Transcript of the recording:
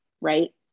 right